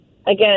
again